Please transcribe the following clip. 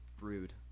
rude